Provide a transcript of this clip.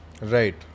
Right